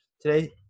today